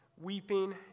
weeping